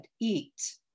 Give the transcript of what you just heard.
eat